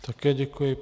Také děkuji.